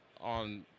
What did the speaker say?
on